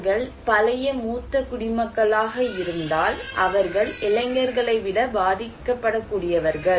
அவர்கள் பழைய மூத்த குடிமக்களாக இருந்தால் அவர்கள் இளைஞர்களை விட பாதிக்கப்படக்கூடியவர்கள்